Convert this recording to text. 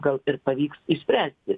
gal ir pavyks išspręsti